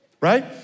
Right